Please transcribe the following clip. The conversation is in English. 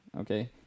okay